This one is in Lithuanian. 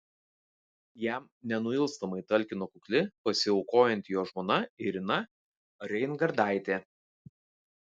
jam nenuilstamai talkino kukli pasiaukojanti jo žmona irina reingardaitė